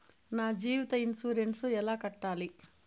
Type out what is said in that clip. నా జీవిత ఇన్సూరెన్సు ఎలా కట్టాలి?